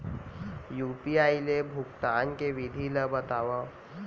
UPI ले भुगतान के विधि ला बतावव